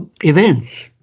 events